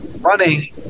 running